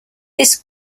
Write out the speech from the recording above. this